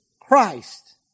Christ